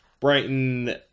Brighton